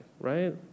right